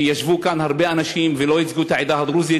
כי ישבו כאן הרבה אנשים ולא ייצגו את העדה הדרוזית,